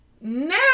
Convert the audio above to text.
Now